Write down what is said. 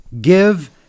Give